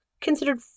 considered